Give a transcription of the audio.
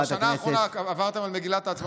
בשנה האחרונה עברתם על מגילת העצמאות?